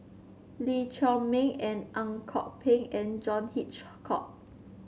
Lee Chiaw Meng Ang Kok Peng and John Hitchcock